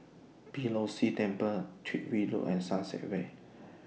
Beeh Low See Temple Tyrwhitt Road and Sunset Way